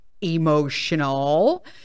emotional